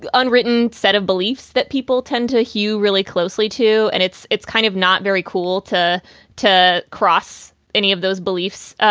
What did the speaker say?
unwritten set of beliefs that people tend to hew really closely to. and it's it's kind of not very cool to to cross any of those beliefs.